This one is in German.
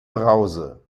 brause